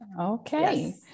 Okay